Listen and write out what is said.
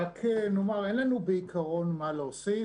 רק נאמר, אין לנו בעיקרון מה להוסיף.